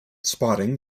spotting